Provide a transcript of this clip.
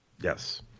Yes